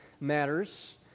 matters